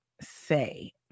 say